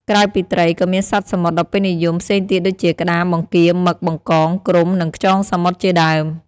ក្រៅពីត្រី ក៏មានសត្វសមុទ្រដ៏ពេញនិយមផ្សេងទៀតដូចជា ក្តាម បង្គា មឹក បង្កង គ្រំ និងខ្យងសមុទ្រជាដើម។